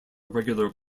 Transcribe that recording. regular